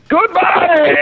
Goodbye